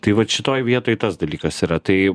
tai vat šitoj vietoj tas dalykas yra tai